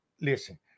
listen